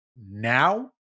now